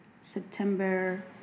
September